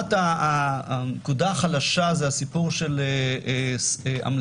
הנקודה החלשה היא הסיפור של המלצה,